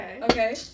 okay